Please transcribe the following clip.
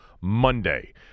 Monday